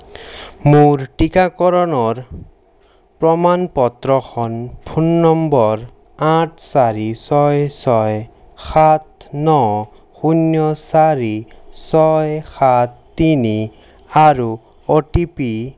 মোৰ টিকাকৰণৰ প্ৰমাণ পত্ৰখন ফোন নম্বৰ আঠ চাৰি ছয় ছয় সাত ন শূন্য চাৰি ছয় সাত তিনি আৰু অ' টি পি